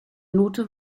note